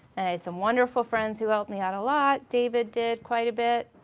and i had some wonderful friends who helped me out a lot, david did quite a bit.